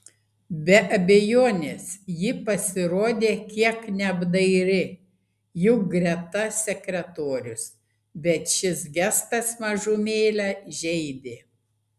be abejonės ji pasirodė kiek neapdairi juk greta sekretorius bet šis gestas mažumėlę žeidė